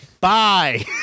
Bye